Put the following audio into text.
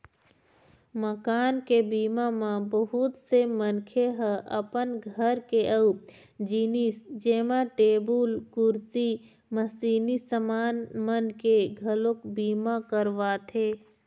मकान के बीमा म बहुत से मनखे ह अपन घर के अउ जिनिस जेमा टेबुल, कुरसी, मसीनी समान मन के घलोक बीमा करवाथे